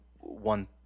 one